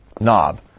knob